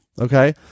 Okay